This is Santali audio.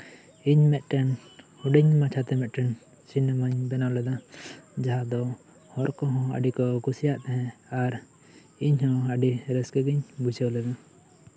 ᱤᱧ ᱢᱤᱫᱴᱟᱝ ᱦᱩᱰᱤᱧ ᱢᱟᱪᱷᱟᱛᱮ ᱥᱤᱱᱮᱢᱟᱧ ᱵᱮᱱᱟᱣ ᱞᱮᱫᱟ ᱡᱟᱦᱟᱸ ᱫᱚ ᱦᱚᱲ ᱠᱚᱦᱚᱸ ᱟᱹᱰᱤ ᱠᱚ ᱠᱩᱥᱤᱭᱟᱜ ᱛᱟᱦᱮᱸᱜ ᱟᱨ ᱤᱧ ᱦᱚᱸ ᱟᱹᱰᱤ ᱨᱟᱹᱥᱠᱟᱹ ᱜᱤᱧ ᱵᱩᱡᱷᱟᱹᱣ ᱞᱮᱫᱟ